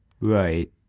Right